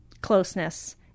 closeness